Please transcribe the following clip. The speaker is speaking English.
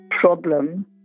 problem